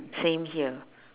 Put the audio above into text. same here